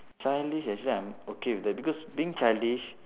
childish actually I'm okay with that because being childish